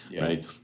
right